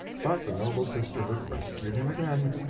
but the noble sisterhood rescued him again.